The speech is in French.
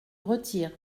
retire